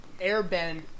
airbend